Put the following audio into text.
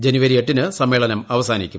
ജനുവരി എട്ടിന് സമ്മേളനം അവസാനിക്കും